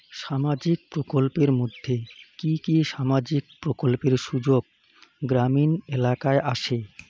সামাজিক প্রকল্পের মধ্যে কি কি সামাজিক প্রকল্পের সুযোগ গ্রামীণ এলাকায় আসে?